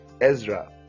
Ezra